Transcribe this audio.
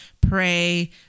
pray